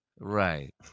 Right